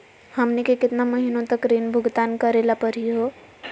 हमनी के केतना महीनों तक ऋण भुगतान करेला परही हो?